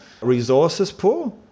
resources-poor